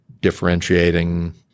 differentiating